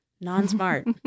non-smart